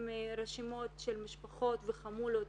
הם רשימות של משפחות וחמולות,